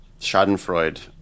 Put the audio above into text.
schadenfreude